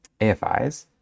AFIs